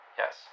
yes